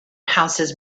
houses